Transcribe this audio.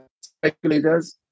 speculators